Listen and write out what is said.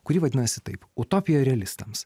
kuri vadinasi taip utopija realistams